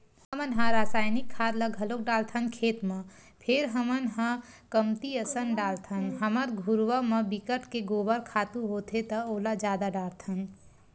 हमन ह रायसायनिक खाद ल घलोक डालथन खेत म फेर हमन ह कमती असन डालथन हमर घुरूवा म बिकट के गोबर खातू होथे त ओला जादा डारथन